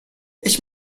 ich